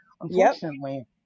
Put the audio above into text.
unfortunately